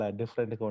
different